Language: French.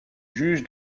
juge